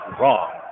wrong